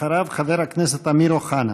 אחריו חבר הכנסת אמיר אוחנה.